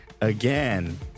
again